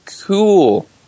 cool